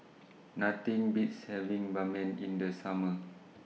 Nothing Beats having Ban Mian in The Summer